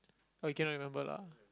oh you cannot remember lah